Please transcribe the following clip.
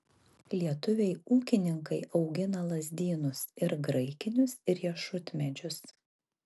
lietuviai ūkininkai augina lazdynus ir graikinius riešutmedžius